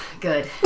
Good